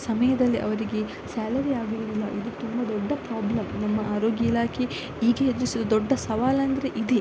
ಸಮಯದಲ್ಲಿ ಅವರಿಗೆ ಸ್ಯಾಲರಿ ಆಗಿರುವುದಿಲ್ಲ ಇದು ತುಂಬ ದೊಡ್ಡ ಪ್ರಾಬ್ಲಮ್ ನಮ್ಮ ಆರೋಗ್ಯ ಇಲಾಖೆ ಈಗ ಎದ್ರಿಸೋದು ದೊಡ್ಡ ಸವಾಲಂದರೆ ಇದೇ